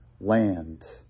Land